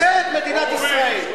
היא גברת מדינת ישראל.